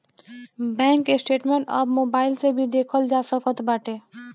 bank statement अब mobile से भी देखल जा सकत बाटे